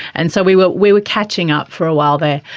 and so we were we were catching up for a while there.